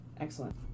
Excellent